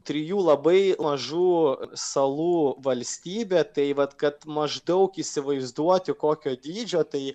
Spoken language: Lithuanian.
trijų labai mažų salų valstybė tai vat kad maždaug įsivaizduoti kokio dydžio tai